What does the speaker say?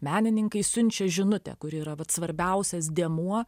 menininkai siunčia žinutę kuri yra vat svarbiausias dėmuo